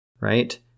Right